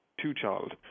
two-child